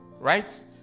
right